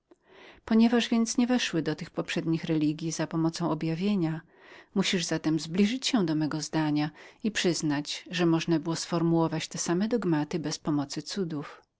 ponieważ więc nie weszły do tych poprzednich religji za pomocą objawienia musisz zatem zbliżyć się do mego zdania i przyznać że można było te same dogmata ustalić bez przyczyny cudów